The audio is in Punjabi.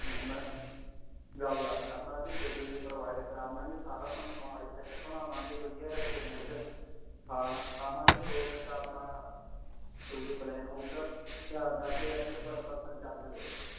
ਨਾ ਮੈਂ ਗੱਲ ਦੱਸਦਾ ਮੈਂ ਅਸੀਂ ਗੱਡੀ ਵੀ ਪ੍ਰੋਵਾਇਡ ਕਰਾ ਦੇਵਾਂਗੇ ਸਾਰਾ ਤੁਹਾਨੂੰ ਮੋਹਾਲੀ ਸ਼ਹਿਰ ਘੁੰਮਾ ਦੇਵਾਂਗੇ ਵਧੀਆ ਰੈਸਟੋਰੈਂਟ ਦਾ ਖਾਣਾ ਖਵਾ ਦੇਵਾਂਗੇ ਦੋ ਦਿਨ ਦਾ ਆਪਣਾ ਟੂਰ ਪਲੈਨ ਹੋਵੇਗਾ ਦ ਦਸ ਹਜ਼ਾਰ ਰੁਪਈਆ ਪਰ ਪਰਸਨ ਚਾਰਜ ਲੱਗੇਗਾ